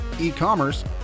e-commerce